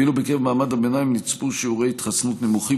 ואילו בקרב מעמד הביניים נצפו שיעורי התחסנות נמוכים